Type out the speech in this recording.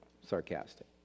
sarcastic